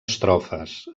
estrofes